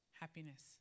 happiness